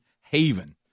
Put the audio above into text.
haven